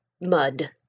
mud